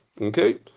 Okay